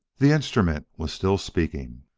the instrument was still speaking